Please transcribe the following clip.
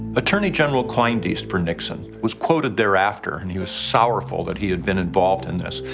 attorney general kliendienst for nixon was quoted thereafter and he was sorrowful that he had been involved in this.